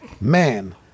Man